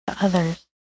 others